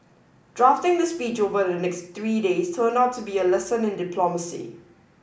drafting the speech over the next three days turned out to be a lesson in diplomacy